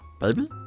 Baby